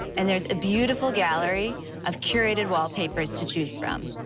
and there's a beautiful gallery of curated wallpapers to choose from.